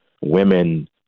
women